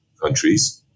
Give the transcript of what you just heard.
countries